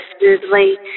smoothly